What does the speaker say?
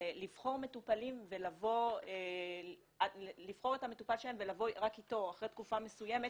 לבחור את המטופל שלהם ולבוא רק איתו אחרי תקופה מסוימת,